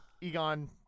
Egon